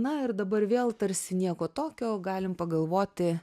na ir dabar vėl tarsi nieko tokio galim pagalvoti